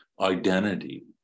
identity